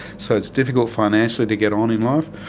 so it's difficult financially to get on in life.